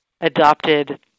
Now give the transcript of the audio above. adopted